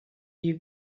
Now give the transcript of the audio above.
you